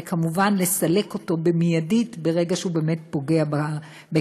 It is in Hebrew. וכמובן לסלק אותו מיידית ברגע שהוא באמת פוגע בקשיש,